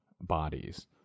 bodies